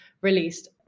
released